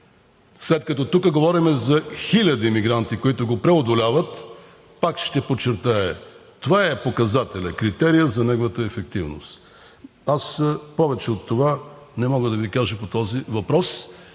След като тук говорим за хиляди мигранти, които го преодоляват, пак ще подчертая – това е показателят, критерият за неговата ефективност. Аз повече от това не мога да Ви кажа по този въпрос